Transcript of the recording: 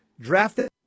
Drafted